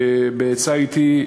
בעצה אתי,